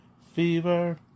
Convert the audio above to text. Fever